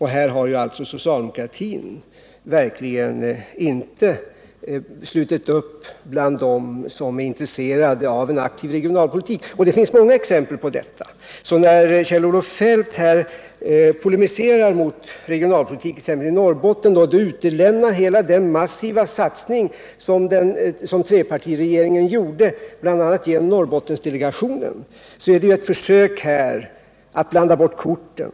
Här har socialdemokratin verkligen inte slutit upp bland dem som är intresserade av en aktiv regionalpolitik. Det finns många exempel på detta. När därför Kjell-Olof Feldt polemiserar mot regionalpolitiken i t.ex. Norrbotten och utelämnar hela den massiva satsning som trepartiregeringen gjorde bl.a. genom Norrbottendelegationen är det ett försök att blanda bort korten.